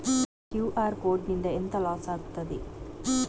QR code ನಿಂದ ಎಂತ loss ಆಗ್ತದೆ?